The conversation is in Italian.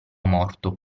morto